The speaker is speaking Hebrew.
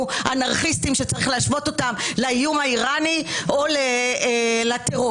אנרכיסטים וצריך להשוות אותנו לאיום האיראני או לטרור.